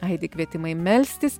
aidi kvietimai melstis